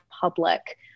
public